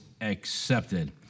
accepted